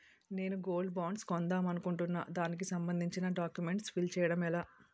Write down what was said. నేను gold bonds కొందాం అనుకుంటున్నా దానికి సంబందించిన డాక్యుమెంట్స్ ఫిల్ చేయడం ఎలా?